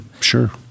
Sure